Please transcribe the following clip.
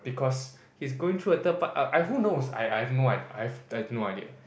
because he's going through a third par~ who knows I I have no idea I I have no idea